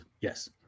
Yes